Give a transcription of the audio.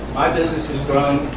my business has grown.